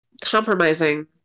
compromising